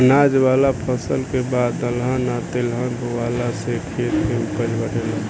अनाज वाला फसल के बाद दलहन आ तेलहन बोआला से खेत के ऊपज बढ़ेला